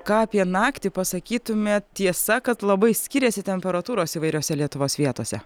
ką apie naktį pasakytumėt tiesa kad labai skiriasi temperatūros įvairiose lietuvos vietose